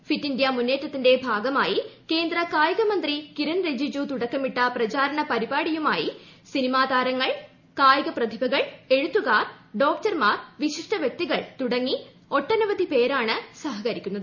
fit India മുന്നേറ്റത്തിന്റെ ഭാഗമായി കേന്ദ്ര കായികമന്ത്രി കിരൺ റിജിജു തുടക്കമിട്ട പ്രചാരണ പരിപാടിയുമായി സിനിമാതാരങ്ങൾ കായികപ്രതിഭകൾ എഴുത്തുകാർ ഡോക്ടർമാർ വിശിഷ്ട വൃക്തികൾ തുടങ്ങി ഒട്ടനവധി പേരാണ് സഹകരിക്കുന്നത്